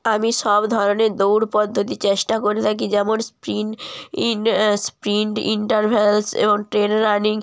আমি সব ধরনের দৌড় পদ্ধতি চেষ্টা করে থাকি যেমন স্প্রিন্ট স্প্রিন্ট ইন্টারভ্যালস এবং রানিং